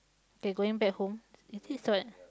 they going back home is this what